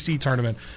Tournament